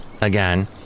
again